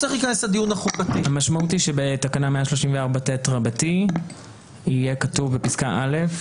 המשמעות היא שבתקנה 134ט יהיה כתוב בפסקה (א).